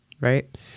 Right